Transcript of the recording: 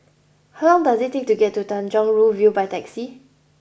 how long does it take to get to Tanjong Rhu View by taxi